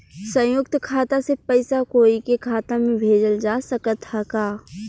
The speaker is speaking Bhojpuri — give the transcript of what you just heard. संयुक्त खाता से पयिसा कोई के खाता में भेजल जा सकत ह का?